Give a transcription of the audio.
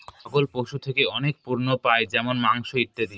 ছাগল পশু থেকে অনেক পণ্য পাই যেমন মাংস, ইত্যাদি